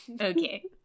Okay